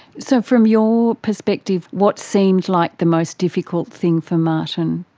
so from your perspective, what seemed like the most difficult thing for martin?